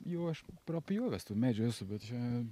jau aš prapjovęs tų medžių esu bet čia